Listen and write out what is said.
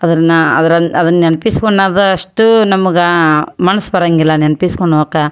ಅದನ್ನ ಅದನ್ನ ಅದನ್ನು ನೆನ್ಪಿಸ್ಕೊಳದಷ್ಟೂ ನಮ್ಗೆ ಮನಸ್ಸು ಬರೋಂಗಿಲ್ಲ ನೆನ್ಪಿಸ್ಕೊಳೋಕ